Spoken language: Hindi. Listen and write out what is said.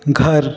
घर